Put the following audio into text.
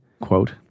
quote